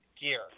gear